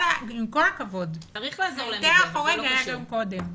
עם כל הכבוד, ההיתר החורג היה גם קודם.